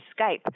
Skype